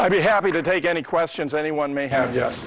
i'd be happy to take any questions anyone may have yes